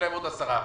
זאת אומרת,